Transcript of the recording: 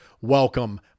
Welcome